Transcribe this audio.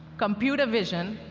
computer vision,